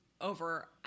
over